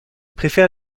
préfère